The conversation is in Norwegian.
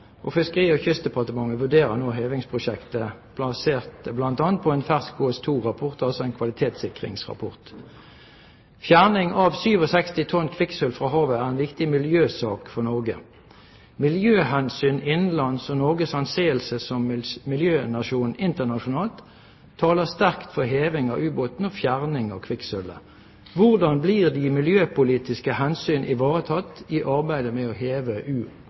og Fiskeri- og kystdepartementet vurderer nå hevingsprosjektet basert bl.a. på en fersk Kvalitetssikring av styringsunderlag og kostnadsoverslag for valgt prosjektalternativ, KS2-rapport. Fjerning av 67 tonn kvikksølv fra havet er en viktig miljøsak for Norge. Miljøhensyn innenlands og Norges anseelse som miljønasjon internasjonalt taler sterkt for heving av ubåten og fjerning av kvikksølvet. Hvordan blir de miljøpolitiske hensyn ivaretatt i arbeidet med å heve